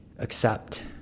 accept